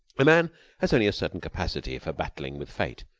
man has only a certain capacity for battling with fate.